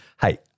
Hey